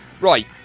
Right